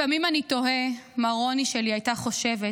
לפעמים אני תוהה מה רוני שלי הייתה חושבת